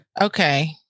Okay